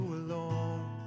alone